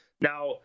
Now